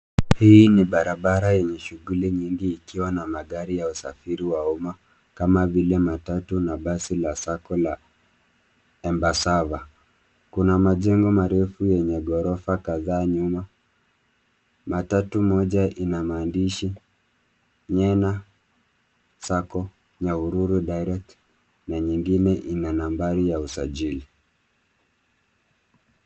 Hii ni barabara yenye shughuli nyingi ikiwa na magari ya usafiri wa umma kama vile matatu na basi la SACCO la Embassava. Kuna majengo marefu yenye ghorofa kadhaa nyuma. Matatu moja ina maandishi Nyena SACCO, Nyahururu direct na nyingine ina namba ya usajili.